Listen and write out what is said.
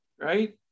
right